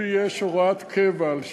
לשמולי יש הוראת קבע על שאילתות?